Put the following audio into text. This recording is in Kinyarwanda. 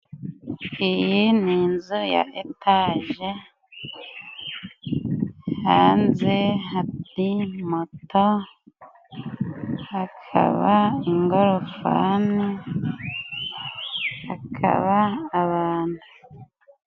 Iyi ni inzu ya etaje, hanze hari moto, hakaba ingorofani, hakaba abantu.